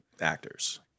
actors